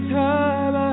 time